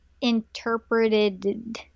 interpreted